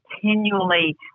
continually